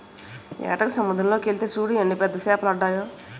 ఏటకి సముద్దరం లోకెల్తే సూడు ఎన్ని పెద్ద సేపలడ్డాయో